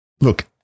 look